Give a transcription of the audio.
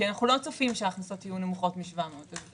אנחנו לא צופים שההכנסות יהיו נמוכות מ-700 מיליון שקל.